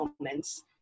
moments